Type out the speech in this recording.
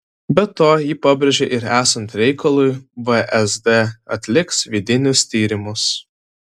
be to ji pabrėžė ir esant reikalui vsd atliks vidinius tyrimus